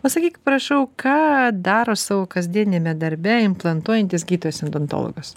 pasakyk prašau ką daro savo kasdieniame darbe implantuojantis gydytojas odontologas